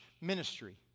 ministry